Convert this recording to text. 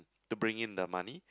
to bring in the money